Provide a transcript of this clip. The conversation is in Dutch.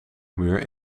muur